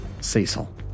Cecil